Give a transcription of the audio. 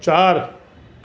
चारि